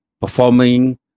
performing